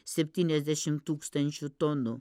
septyniasdešim tūkstančių tonų